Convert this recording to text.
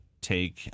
take